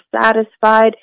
satisfied